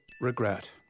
regret